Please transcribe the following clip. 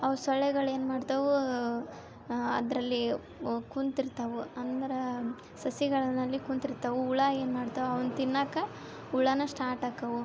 ಅವು ಸೊಳ್ಳೆಗಳೇನು ಮಾಡ್ತಾವು ಅದರಲ್ಲಿ ಕುಂತಿರ್ತಾವು ಅಂದ್ರ ಸಸಿಗಳನ್ನ ಅಲ್ಲಿ ಕುಂತಿರ್ತಾವು ಹುಳ ಏನು ಮಾಡ್ತಾವು ಅವನ್ನ ತಿನ್ನಾಕ ಹುಳನ ಸ್ಟಾರ್ಟ್ ಆಕಾವು